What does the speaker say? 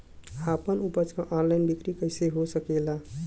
आपन उपज क ऑनलाइन बिक्री कइसे हो सकेला?